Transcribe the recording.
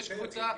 חד משמעית.